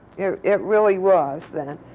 yeah it really was then.